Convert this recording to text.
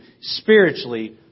spiritually